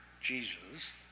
Jesus